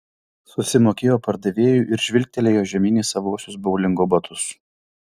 susimokėjo pardavėjui ir žvilgtelėjo žemyn į savuosius boulingo batus